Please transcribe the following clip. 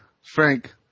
Frank